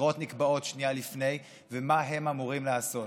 בחירות נקבעות שנייה לפני, ומה הם אמורים לעשות?